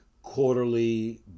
quarterly